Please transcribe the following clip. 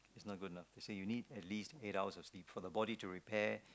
is not good enough it say you need at least eight hours of sleep for the body to repair